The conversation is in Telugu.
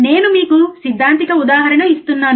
నేను మీకు సిద్ధాంతిక ఉదాహరణ ఇస్తున్నాను